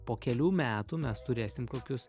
po kelių metų mes turėsim kokius